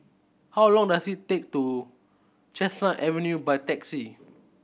how long does it take to Chestnut Avenue by taxi